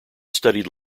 studied